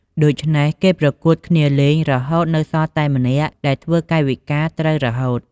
ដូច្នេះ គេប្រកួតគ្នាលេង រហូតនៅសល់តែម្នាក់ ដែលធ្វើកាយវិការត្រូវរហូត។